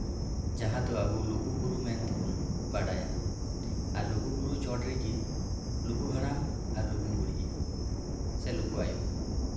ᱡᱟᱦᱟ ᱫᱚ ᱟᱵᱚ ᱞᱩᱜᱩᱵᱩᱨᱩ ᱢᱮᱱᱛᱮᱵᱚᱱ ᱵᱟᱰᱟᱭᱟ ᱟᱨ ᱞᱩᱜᱩ ᱵᱩᱨᱩ ᱪᱚᱴ ᱨᱮᱜᱮ ᱞᱩᱜᱩ ᱦᱟᱲᱟᱢ ᱟᱨ ᱞᱩᱜᱩ ᱵᱩᱰᱽᱦᱤ ᱥᱮ ᱞᱩᱜᱩ ᱟᱭᱳ